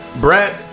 Brett